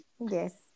Yes